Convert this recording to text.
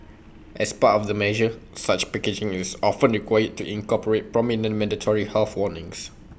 as part of the measure such packaging is often required to incorporate prominent mandatory health warnings